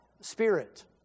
spirit